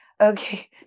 okay